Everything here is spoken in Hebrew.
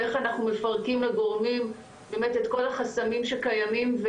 ואיך אנחנו מפרקים לגורמים באמת את כל החסמים שקיימים,